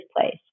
place